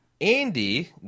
Andy